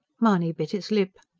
mahony bit his lip.